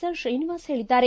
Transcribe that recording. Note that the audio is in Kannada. ಆರ್ ಶ್ರೀನಿವಾಸ್ ಹೇಳದ್ದಾರೆ